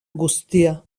guztia